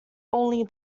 only